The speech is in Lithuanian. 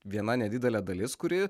viena nedidelė dalis kuri